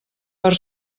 per